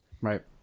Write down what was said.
Right